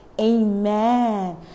Amen